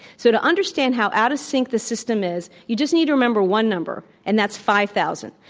so to understand how out of sync the system is, you just need to remember one number, and that's five thousand,